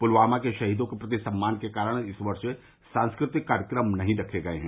पुलवामा के शहीदों के प्रति सम्मान के कारण इस वर्ष सांस्कृतिक कार्यक्रम नहीं रखे गये हैं